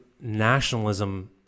nationalism